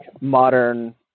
modern